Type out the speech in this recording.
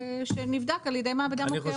שנבדק על ידי מעבדה מוכרת.